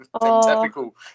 typical